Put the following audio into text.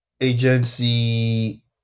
Agency